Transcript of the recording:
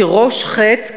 כראש חץ,